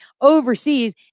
overseas